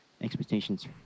expectations